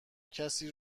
کسی